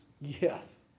Yes